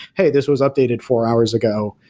hey, this was updated four hours ago,